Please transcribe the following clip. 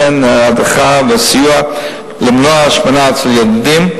הדרכה וסיוע למניעת השמנה אצל ילדים.